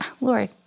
Lord